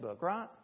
right